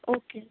okay